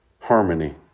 harmony